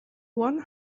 one